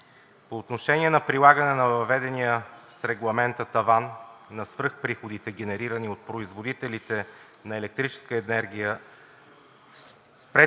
по отношение на прилагане на въведения с Регламент таван на свръхприходите, генерирани от производители на електрическа енергия